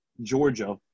Georgia